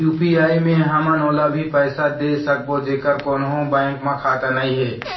UPI मे हमन ओला भी पैसा दे सकबो जेकर कोन्हो बैंक म खाता नई हे?